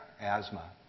asthma